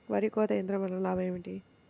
వరి కోత యంత్రం వలన లాభం ఏమిటి?